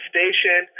Station